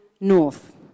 North